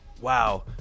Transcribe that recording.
wow